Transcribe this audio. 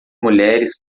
mulheres